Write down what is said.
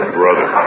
brother